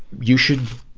you should,